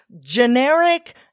generic